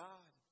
God